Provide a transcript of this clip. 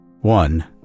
One